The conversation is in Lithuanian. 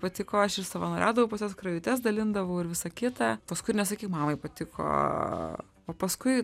patiko aš ir savanoriaudavau pas juos skrajutes dalindavau ir visa kita paskui ir nesakyk mamai patiko o paskui